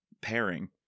pairing